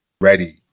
ready